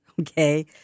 okay